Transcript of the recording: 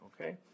okay